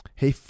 Hey